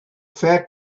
fact